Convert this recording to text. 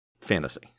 fantasy